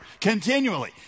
continually